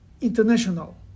international